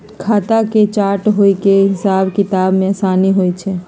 खता के चार्ट होय से हिसाब किताब में असानी होइ छइ